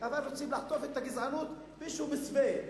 אבל רוצים לעטוף את הגזענות באיזה מסווה,